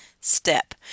step